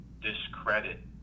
discredit